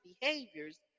behaviors